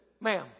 ma'am